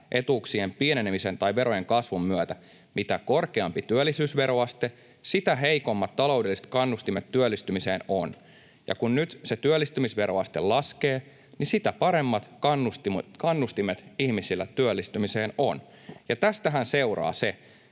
etuuksien pienenemisen tai verojen kasvun myötä. Mitä korkeampi työllisyysveroaste, sitä heikommat taloudelliset kannustimet työllistymiseen on. Ja kun nyt se työllistymisveroaste laskee, niin sitä paremmat kannustimet ihmisillä työllistymiseen on, ja tästähän seuraa se,